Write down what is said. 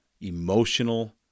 emotional